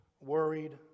worried